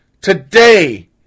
Today